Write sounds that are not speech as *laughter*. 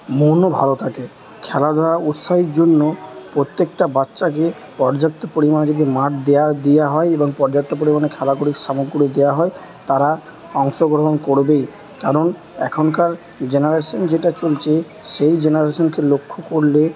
মনও ভালো থাকে খেলাধুলা উৎসাহের জন্য প্রত্যেকটা বাচ্চাকে পর্যাপ্ত পরিমাণে যদি মাঠ দেওয়া দেওয়া হয় এবং পর্যাপ্ত পরিমাণে খেলা *unintelligible* সামগ্রী দেওয়া হয় তারা অংশগ্রহণ করবেই কারণ এখনকার জেনারেশান যেটা চলছে সেই জেনারেশানকে লক্ষ্য করলে